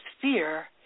fear